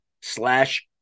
slash